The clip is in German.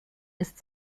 ist